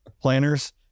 planners